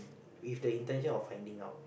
with the intention of finding out